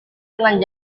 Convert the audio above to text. dengan